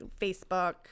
facebook